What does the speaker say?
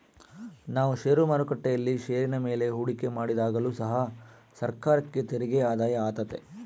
ನಾವು ಷೇರು ಮಾರುಕಟ್ಟೆಯಲ್ಲಿ ಷೇರಿನ ಮೇಲೆ ಹೂಡಿಕೆ ಮಾಡಿದಾಗಲು ಸಹ ಸರ್ಕಾರಕ್ಕೆ ತೆರಿಗೆ ಆದಾಯ ಆತೆತೆ